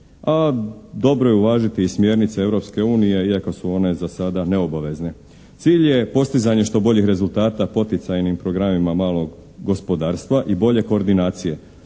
a dobro je uvažiti i smjernice Europske unije iako su one za sada neobavezne. Cilj je postizanje što boljeg rezultata poticajnim programima malog gospodarstva i bolje koordinacije.